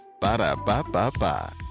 Ba-da-ba-ba-ba